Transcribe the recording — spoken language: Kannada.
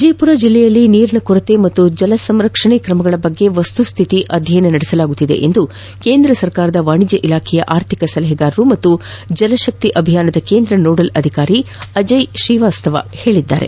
ವಿಜಯಪುರ ಜಿಲ್ಲೆಯಲ್ಲಿ ನೀರಿನ ಕೊರತೆ ಹಾಗೂ ಜಲಸಂರಕ್ಷಣಾ ಕ್ರಮಗಳ ಕುರಿತು ವಸ್ತುಸ್ಥಿತಿ ಅಧ್ಯಯನವನ್ನು ನಡೆಸಲಾಗುತ್ತಿ ದೆ ಎಂದು ಕೇಂದ್ರ ಸರ್ಕಾರದ ವಾಣಿಜ್ಯ ಇಲಾಖೆಯ ಆರ್ಥಿಕ ಸಲಹೆಗಾರರು ಹಾಗೂ ಜಲಶಕ್ತಿ ಅಭಿಯಾನದ ಕೇಂದ್ರ ನೋಡಲ್ ಅಧಿಕಾರಿ ಅಜಯ ಶ್ರೀವಾತ್ಸವ ಹೇಳಿದರು